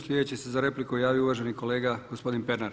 Sljedeći se za repliku javio uvaženi kolega gospodin Pernar.